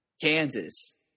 Kansas